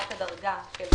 שעה),